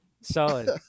Solid